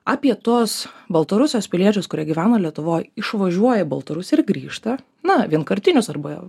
apie tuos baltarusijos piliečius kurie gyvena lietuvoj išvažiuoja baltarusiai ir grįžta na vienkartinius arba